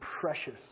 precious